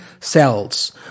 cells